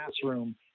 classroom